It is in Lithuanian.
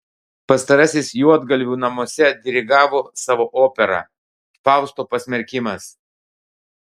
pastarasis juodgalvių namuose dirigavo savo operą fausto pasmerkimas